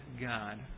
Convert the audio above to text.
God